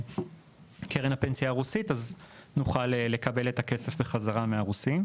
קרן הפנסיה הרוסית נוכל לקבל את הכסף חזרה מהרוסים,